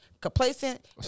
complacent